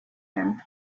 him